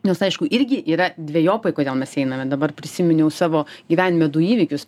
nes aišku irgi yra dvejopai kodėl mes einame dabar prisiminiau savo gyvenime du įvykius